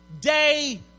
Day